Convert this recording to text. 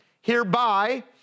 Hereby